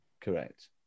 Correct